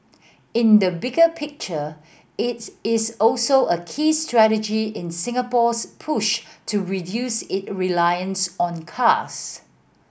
in the bigger picture it's is also a key strategy in Singapore's push to reduce it reliance on cars